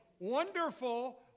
Wonderful